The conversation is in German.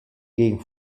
gegen